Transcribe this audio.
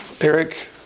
Eric